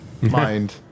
Mind